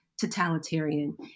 totalitarian